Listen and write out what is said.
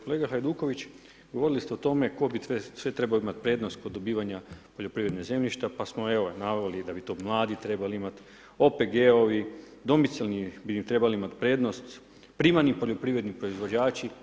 Kolega Hajduković, govorili ste o tome tko bi sve trebao imati prednost kod dobivanja poljoprivrednih zemljišta, pa smo evo naveli da bi to mladi trebali imati, OPG-ovi, domicilni bi trebali imati prednost, primarni poljoprivredni proizvođači.